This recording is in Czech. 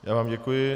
Já vám děkuji.